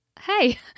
hey